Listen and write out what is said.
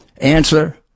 Answer